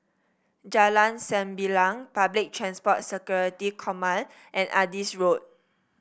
Jalan Sembilang Public Transport Security Command and Adis Road